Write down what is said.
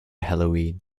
halloween